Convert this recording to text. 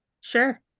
sure